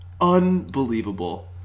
unbelievable